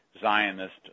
Zionist